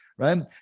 right